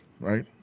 right